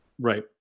right